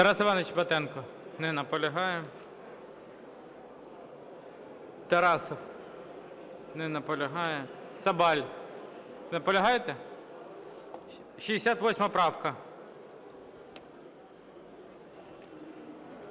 Тарас Іванович Батенко не наполягає. Тарасов не наполягає. Цабаль, наполягаєте? 68 правка.